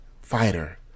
fighter